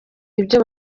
ibyo